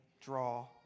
draw